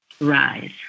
Rise